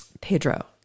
Pedro